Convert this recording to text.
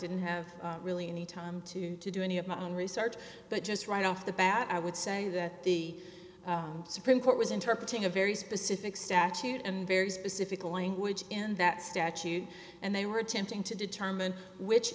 didn't have really any time to do any of my own research but just right off the bat i would say that the supreme court was interpretate a very specific statute and very specific language in that statute and they were attempting to determine which